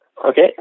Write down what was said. Okay